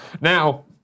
Now